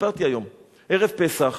סיפרתי היום: ערב פסח,